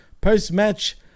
post-match